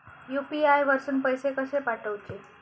UPI वरसून पैसे कसे पाठवचे?